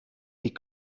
die